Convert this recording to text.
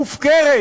מופקרת,